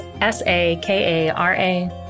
S-A-K-A-R-A